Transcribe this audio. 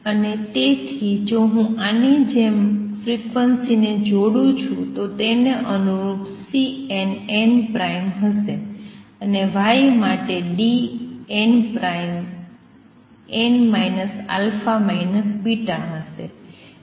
અને તેથી જો હું આની જેમ ફ્રીક્વન્સીને જોડું છું તો તેને અનુરૂપ Cnn હશે અને y માટે Dnn α β હશે